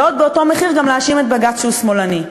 ועוד באותו מחיר גם להאשים את בג"ץ שהוא שמאלני.